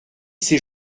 ses